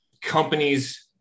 companies